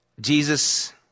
Jesus